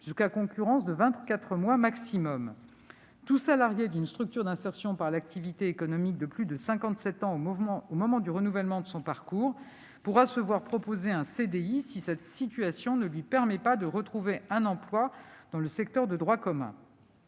jusqu'à concurrence de vingt-quatre mois au maximum. Tout salarié d'une structure d'insertion par l'activité économique (SIAE) de plus de 57 ans au moment du renouvellement de son parcours pourra se voir proposer un CDI, si sa situation ne lui permet pas de retrouver un emploi dans le secteur de droit commun.